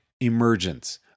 emergence